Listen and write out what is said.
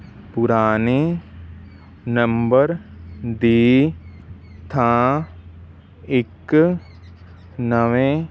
ਪੁਰਾਣੇ ਨੰਬਰ ਦੀ ਥਾਂ ਇੱਕ ਨਵੇਂ